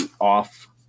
off